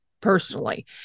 personally